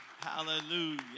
Hallelujah